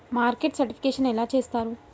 Market certification ఎలా చేస్తారు?